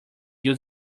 use